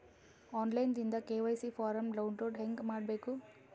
On line ದಿಂದ KYC form download ಹೇಂಗ ಮಾಡಬೇಕು?